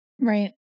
right